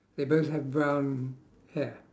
they both have brown hair